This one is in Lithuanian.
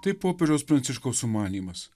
tai popiežiaus pranciškaus sumanymas